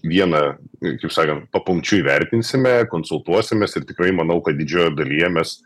vieną ir kaip sakant papunkčiui vertinsime konsultuosimės ir tikrai manau kad didžioje dalyje mes